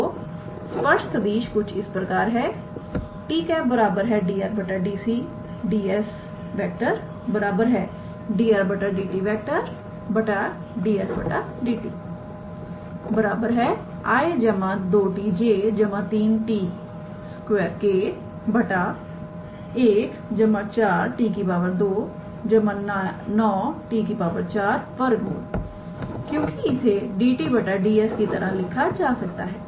तो स्पर्श सदिश कुछ इस प्रकार है 𝑡̂ 𝑑 𝑟⃗ 𝑑𝑠 𝑑𝑟⃗ 𝑑𝑡 ⁄ 𝑑𝑠𝑑𝑡 𝑖̂2𝑡𝑗̂3𝑡 2𝑘̂ √14𝑡 29𝑡 4 क्योंकि इसे 𝑑𝑡 𝑑𝑠 की तरह भी लिखा जा सकता है